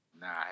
Nah